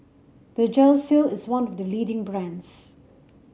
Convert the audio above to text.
Vagisil is one of the leading brands